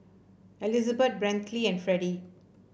Elizabet Brantley and Freddie